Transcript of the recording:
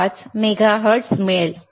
125 megahertz मिळेल